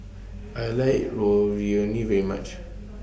I like Ravioli very much